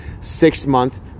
six-month